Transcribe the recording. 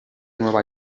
nueva